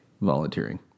volunteering